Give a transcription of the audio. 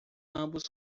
ambos